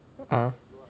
ah